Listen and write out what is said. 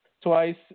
twice